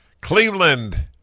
Cleveland